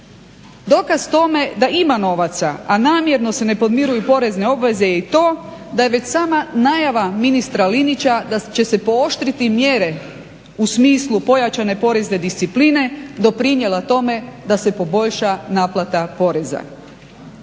Dokaz tome da ima novaca, a namjerno se ne podmiruju porezne obveze je i to da je već sama najava ministra Linića da će se pooštriti mjere u smislu pojačanje porezne discipline doprinijela tome da se poboljša naplata poreza.